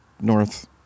North